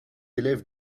élève